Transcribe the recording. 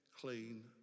clean